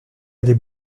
allez